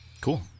Cool